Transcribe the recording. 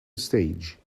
stage